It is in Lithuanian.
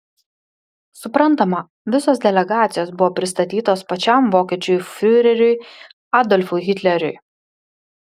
suprantama visos delegacijos buvo pristatytos pačiam vokiečių fiureriui adolfui hitleriui